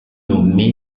nommé